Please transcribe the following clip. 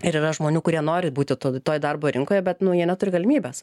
ir yra žmonių kurie nori būti to toj darbo rinkoje bet nu jie neturi galimybės